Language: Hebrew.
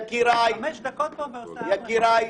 יקיריי,